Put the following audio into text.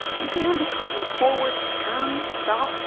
you could have the cart move forward, turn, stop,